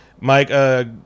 Mike